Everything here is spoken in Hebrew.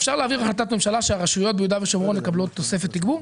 אפשר להעביר החלטת ממשלה שהרשויות ביהודה ושומרון מקבלות תוספת תגבור?